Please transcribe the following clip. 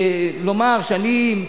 לומר שאני,